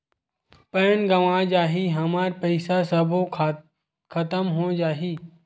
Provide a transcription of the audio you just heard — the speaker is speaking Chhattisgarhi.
पैन गंवा जाही हमर पईसा सबो खतम हो जाही?